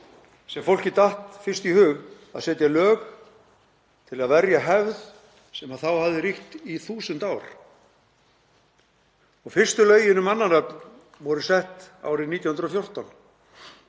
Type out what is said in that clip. sem fólki datt fyrst í hug að setja lög til að verja hefð sem þá hafði ríkt í þúsund ár. Fyrstu lögin um mannanöfn voru sett árið 1914.